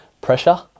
pressure